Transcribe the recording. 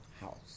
house